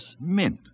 mint